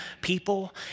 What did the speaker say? people